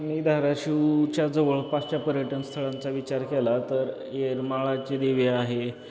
मी धाराशिवच्या जवळपासच्या पर्यटनस्थळांचा विचार केला तर येरमाळाचे दिवे आहे